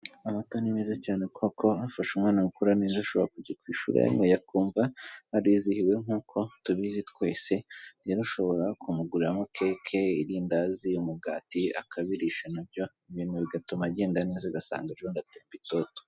Amata ni meza cyane kubera ko afasha umwana gukura neza, ashobora kujya ku ishuri ayanyweye akumva arizihiwe nk'uko tubizi twese, rero ushobora kumugurira nka keke, irindazi, umugati, akabirisha na byo ibintu bigatuma agenda neza, ugasanga ejo bundi atemba itoto.